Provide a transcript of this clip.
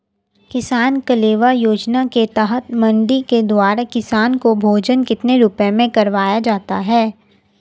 किसान कलेवा योजना के तहत मंडी के द्वारा किसान को भोजन कितने रुपए में करवाया जाता है?